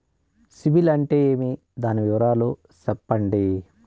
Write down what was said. సిబిల్ అంటే ఏమి? దాని వివరాలు సెప్పండి?